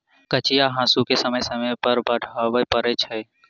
कचिया हासूकेँ समय समय पर सान चढ़बय पड़ैत छै